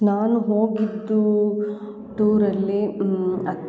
ನಾನು ಹೋಗಿದ್ದೂ ಟೂರಲ್ಲಿ ಅತ್